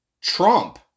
Trump